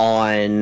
on